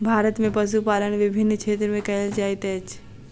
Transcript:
भारत में पशुपालन विभिन्न क्षेत्र में कयल जाइत अछि